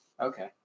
Okay